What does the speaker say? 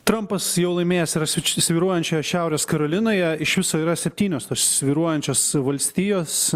trampas jau laimėjęs yra svy svyruojančioje šiaurės karolinoje iš viso yra septynios s svyruojančios valstijos